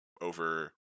over